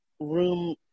room